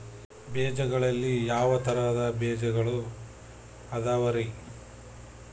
ಬೇಜಗಳಲ್ಲಿ ಯಾವ ತರಹದ ಬೇಜಗಳು ಅದವರಿ?